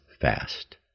fast